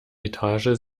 etage